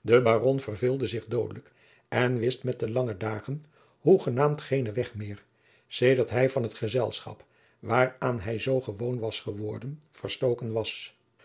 de baron verveelde zich doodelijk en wist met de lange dagen hoegenaamd geenen weg meer sedert hij van het gezelschap waaraan hij zoo gewoon was geworden verstoken was